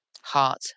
Heart